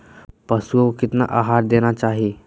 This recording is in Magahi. पशुओं को कितना आहार देना चाहि?